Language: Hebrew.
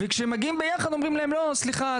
וכשהם מגיעים ביחד, אומרים להם, לא, סליחה.